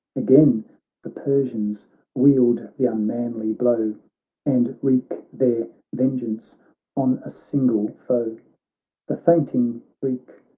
again the persians wield the unmanly blow a and wreak their vengeance on a single foe the fainting greek,